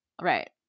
right